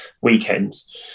weekends